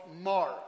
Mark